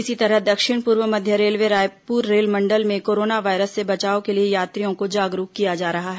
इसी तरह दक्षिण पूर्व मध्य रेलवे रायपुर रेलमंडल में कोरोना वायरस से बचाव के लिए यात्रियों को जागरूक किया जा रहा है